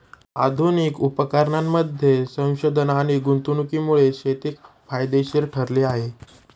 आधुनिक उपकरणांमध्ये संशोधन आणि गुंतवणुकीमुळे शेती फायदेशीर ठरली आहे